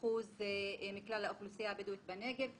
13% מכלל האוכלוסייה הבדואית בנגב,